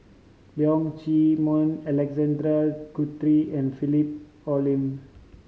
Leong Chee Mun Alexander Guthrie and Philip Hoalim